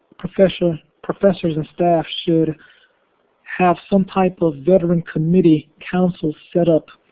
professors professors and staff should have some type of veteran committee counsel set up